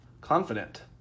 confident